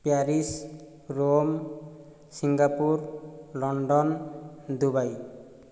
Paris Rome Singapore London Dubai